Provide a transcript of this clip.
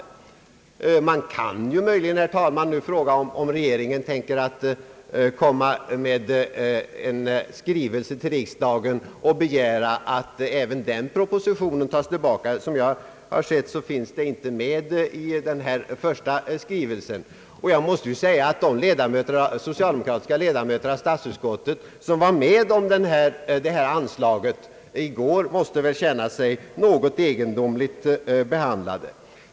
Man kan möjligen, herr talman, fråga om regeringen tänker komma med en skrivelse till riksdagen och begära att även den propositionen tas tillbaka, Såvitt jag kan se finns den inte med i denna första skrivelse. De socialdemokratiska ledamöter av statsutskottet som var med om att bevilja detta anslag i går måste väl känna sig något egendomligt behandlade.